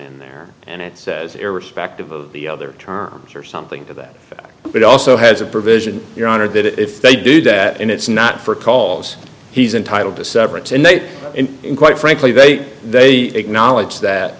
in there and it says irrespective of the other terms or something to that but also has a provision your honor that if they do that and it's not for calls he's entitled to severance and they quite frankly they they acknowledge that